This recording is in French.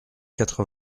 quatre